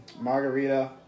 margarita